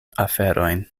aferojn